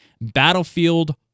battlefield